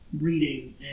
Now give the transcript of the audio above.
reading